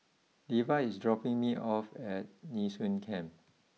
Leva is dropping me off at Nee Soon Camp